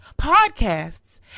podcasts